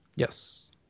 Yes